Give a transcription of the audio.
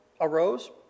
arose